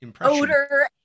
Odor